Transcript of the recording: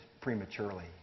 prematurely